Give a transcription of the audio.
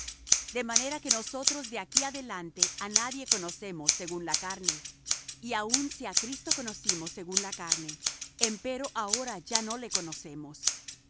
de manera que nosotros de aquí adelante á nadie conocemos según la carne y aun si á cristo conocimos según la carne empero ahora ya no le conocemos